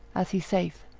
as he saith,